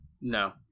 No